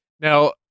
Now